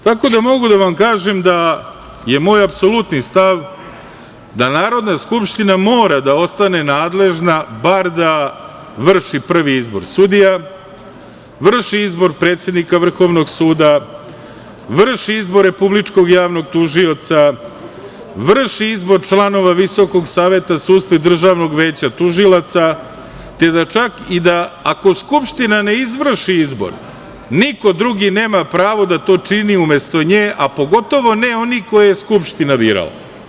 Tako da mogu da vam kažem da je moj apsolutni stav da Narodna skupština mora da ostane nadležna bar da vrši prvi izbor sudija, vrši izbor predsednika Vrhovnog suda, vrši izbor Republičkog javnog tužioca, vrši izbor članova VSS i Državnog veća tužilaca, te da čak i da ako Skupština ne izvrši izbor niko drugi nema pravo da to čini umesto nje, a pogotovo ne oni koje je Skupština birala.